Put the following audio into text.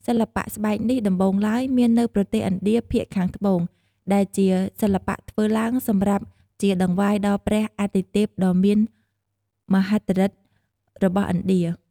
សិល្បៈស្បែកនេះដំបូងឡើយ មាននៅប្រទេសឥណ្ឌាភាគខាងត្បូង ដែលជាសិល្បៈធ្វើឡើងសម្រាប់ជាតង្វាយដល់ព្រះអាទិទេពដ៏មាន មហិទ្ធិឫទ្ធិរបស់ឥណ្ឌា ។